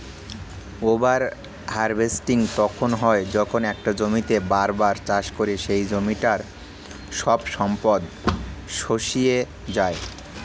over harvesting তখন হয় যখন একটা জমিতেই বার বার চাষ করে সেই জমিটার সব সম্পদ শুষিয়ে যায়